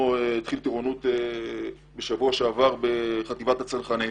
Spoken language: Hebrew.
התחיל טירונות בשבוע שעבר בחטיבת הצנחנים.